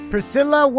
Priscilla